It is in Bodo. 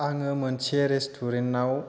आङो मोनसे रेस्टुरेन्टआव